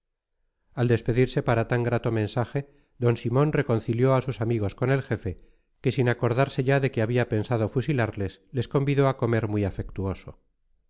al despedirse para tan grato mensaje don simón reconcilió a sus amigos con el jefe que sin acordarse ya de que había pensado fusilarles les convidó a comer muy afectuoso